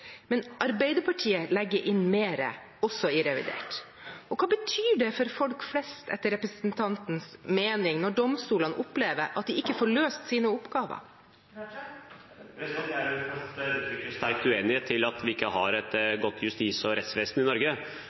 Men Arbeiderpartiet legger inn mer, også i revidert. Hva betyr det for folk flest, etter representantens mening, når domstolene opplever at de ikke får løst sine oppgaver? Jeg vil først sterkt uttrykke uenighet til at vi ikke har et godt justis- og rettsvesen i Norge,